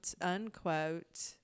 unquote